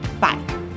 Bye